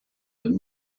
had